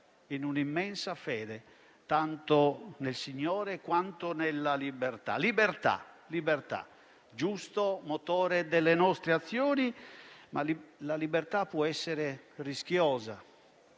in un'immensa fede tanto nel Signore quanto nella libertà; libertà, giusto motore delle nostre azioni, che può essere però rischiosa.